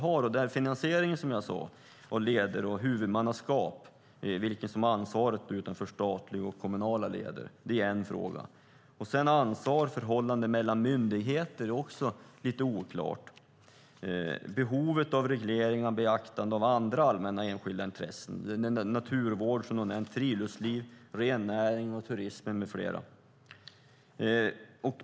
Det är som jag sade finansieringen av leder och huvudmannaskapet, vilka som har ansvaret utanför statliga och kommunala leder. Det är en fråga. Ansvarsförhållandet mellan myndigheter är också lite oklart när det gäller behovet av reglering och beaktande av andra allmänna och enskilda intressen. Det gäller naturvård, som du har nämnt, friluftsliv, rennäring, turism med flera.